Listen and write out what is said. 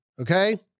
Okay